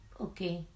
Okay